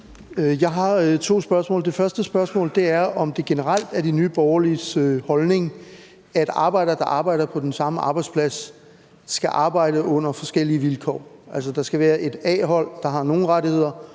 Jeg har to spørgsmål. Det første spørgsmål er, om det generelt er Nye Borgerliges holdning, at arbejdere, der arbejder på den samme arbejdsplads, skal arbejde under forskellige vilkår, altså at der skal være et A-hold, der har nogle rettigheder,